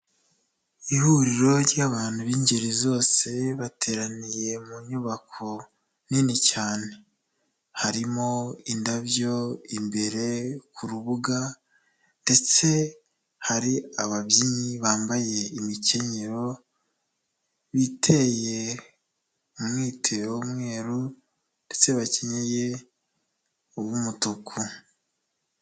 Ihuriro ry'abantu b'ingeri zose, bateraniye mu nyubako nini cyane. Harimo indabyo imbere ku rubuga ndetse hari ababyinnyi bambaye imikenyero, biteye umwitero w'umweru ndetse bakenyeye uw'umutuku.